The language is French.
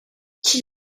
qui